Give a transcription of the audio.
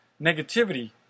negativity